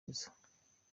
beza